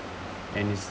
and it's